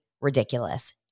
ridiculous